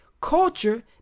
culture